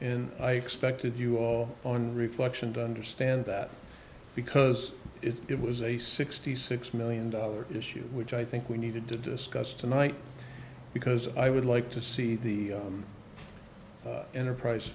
and i expected you all on reflection to understand that because it was a sixty six million dollars issue which i think we needed to discuss tonight because i would like to see the enterprise